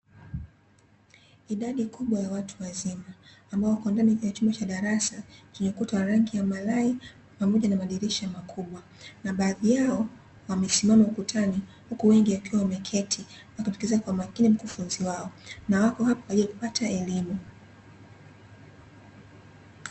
Idadi kubwa ya watu wazima, ambao wapo ndani ya chumba cha darasa chenye ukuta wa rangi ya malai, pamoja na madirisha makubwa. Na baadhi yao wamesimama ukutani, huku wengi wakiwa wameketi, wakimsikiliza kwa makini mkufunzi wao. Na wapo hapa kwa ajili ya kupata elimu.